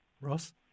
Ross